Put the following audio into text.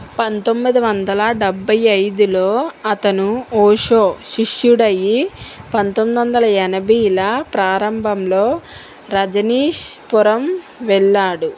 పంతొమ్మిది వందల డెబ్బై ఐదులో అతను ఓషో శిష్యుడయ్యి పంతొమ్మిది వందల ఎనభైల ప్రారంభంలో రజనీష్ పురం వెళ్ళాడు